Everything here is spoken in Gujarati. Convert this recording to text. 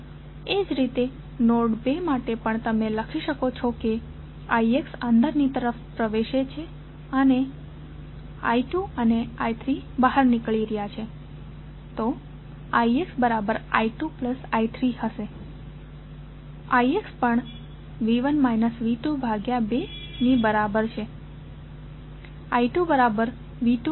એ જ રીતે નોડ 2 માટે તમે લખી શકો છો કે ixઅંદર ની તરફ પ્રેવેશે છે અને I2 અને I3બહાર નીકળી રહ્યા છે તો ix બરાબર I2I3 હશે